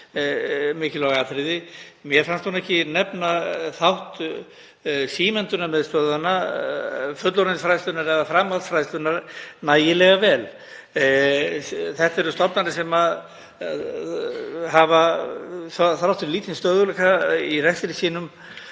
mikilvæg atriði. Mér fannst hún ekki nefna þátt símenntunarmiðstöðvanna, fullorðinsfræðslunnar eða framhaldsfræðslunnar nægilega vel. Þetta eru stofnanir sem hafa þrátt fyrir lítinn stöðugleika í rekstri sínum